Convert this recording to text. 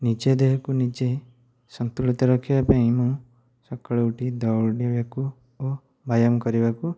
ନିଜ ଦେହକୁ ନିଜେ ସନ୍ତୁଳିତ ରଖିବା ପାଇଁ ମୁଁ ସକାଳୁ ଉଠି ଦୌଡ଼ିବାକୁ ଓ ବ୍ୟାୟାମ କରିବାକୁ